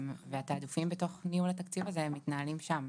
התעדופים בתוך ניהול התקציב הזה מתנהלים שם,